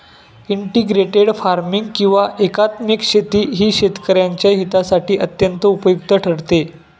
integrated farming किंवा एकात्मिक शेती ही शेतकऱ्यांच्या हितासाठी अत्यंत उपयुक्त ठरते